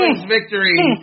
victory